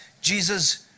Jesus